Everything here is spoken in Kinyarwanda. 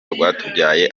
rwatubyaye